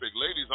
Ladies